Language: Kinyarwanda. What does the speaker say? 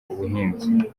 ubuhinzi